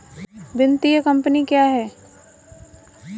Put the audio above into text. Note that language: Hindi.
वित्तीय कम्पनी क्या है?